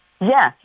Yes